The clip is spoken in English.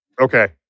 Okay